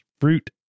fruit